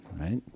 right